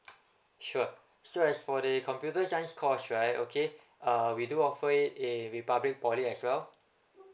sure so as for the computer science course right okay uh we do offer it in republic poly as well